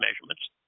measurements